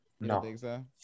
no